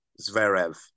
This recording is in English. Zverev